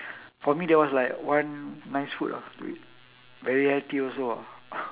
for me that was like one nice food ah to eat very healthy also ah